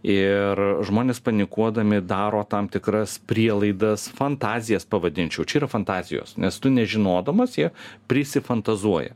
ir žmonės panikuodami daro tam tikras prielaidas fantazijas pavadinčiau čia yra fantazijos nes tu nežinodamas jie prisifantazuoja